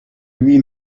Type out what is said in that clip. lui